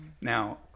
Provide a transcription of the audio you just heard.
now